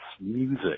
music